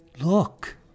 look